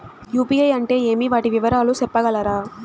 UPI అంటే ఏమి? వాటి వివరాలు సెప్పగలరా?